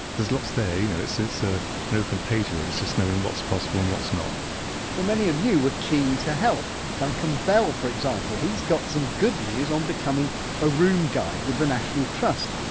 there's lots there, you know it's it's ah an open page really, it's just knowing what's possible and what's not well many of you were keen to help. duncan bell, for example, he's got some good news on becoming a room guide with the national trust.